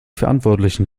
verantwortlichen